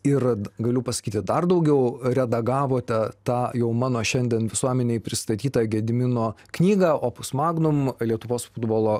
ir galiu pasakyti dar daugiau redagavote tą jau mano šiandien visuomenei pristatytą gedimino knygą opus magnum lietuvos futbolo